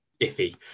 iffy